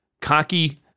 cocky